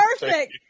perfect